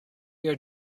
your